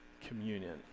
communion